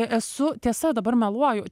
esu tiesa dabar meluoju